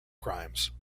crimes